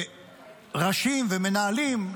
וראשים ומנהלים,